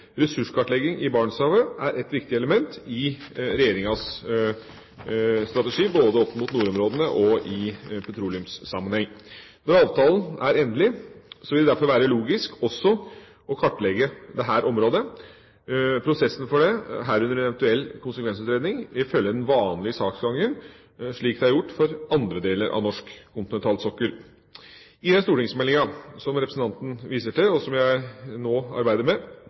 Ressurskartlegging i Barentshavet er et viktig element i Regjeringas strategi, både opp mot nordområdene og i petroleumssammenheng. Når avtalen er endelig, vil det derfor være logisk også å kartlegge dette området. Prosessen for dette, herunder en eventuell konsekvensutredning, vil følge den vanlige saksgangen, slik det er gjort for andre deler av norsk kontinentalsokkel. I den stortingsmeldinga som representanten viser til, og som jeg nå arbeider med,